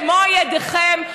במו ידיכם,